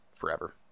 forever